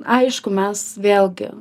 aišku mes vėlgi